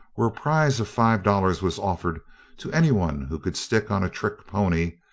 where a prize of five dollars was offered to any one who could stick on a trick pony,